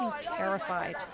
terrified